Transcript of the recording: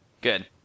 Good